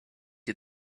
you